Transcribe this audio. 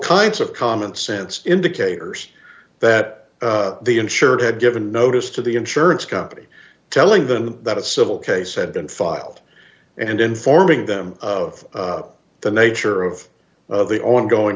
kinds of commonsense indicators that the insured had given notice to the insurance company telling them that a civil case said then filed and informing them of the nature of the ongoing